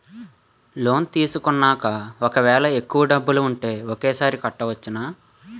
Loan తీసుకున్నాక ఒకవేళ ఎక్కువ డబ్బులు ఉంటే ఒకేసారి కట్టవచ్చున?